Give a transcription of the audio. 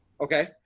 Okay